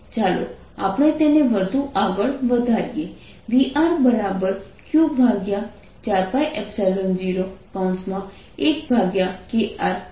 ચાલો આપણે તેને વધુ આગળ વધારીએ Vr Q4π01krk 1kR છે